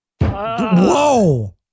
Whoa